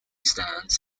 stands